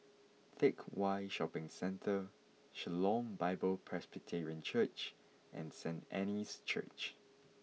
Teck Whye Shopping Centre Shalom Bible Presbyterian Church and Saint Anne's Church